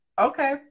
okay